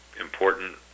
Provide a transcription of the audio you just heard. important